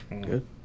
Good